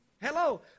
Hello